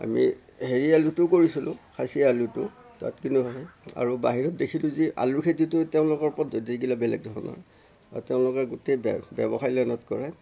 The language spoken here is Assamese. আমি হেৰি আলুটোও কৰিছিলোঁ খাছিয়া আলুটো তাত আৰু বাহিৰত দেখিলোঁ যি আলুৰ খেতিতোৰ তেওঁলোকৰ পদ্ধতিবিলাক বেলেগ ধৰণৰ আৰু তেওঁলোকে গোটেই ব্যৱসায় লাইনত কৰে